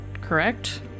correct